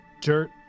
Dirt